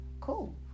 Cool